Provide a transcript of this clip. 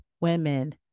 women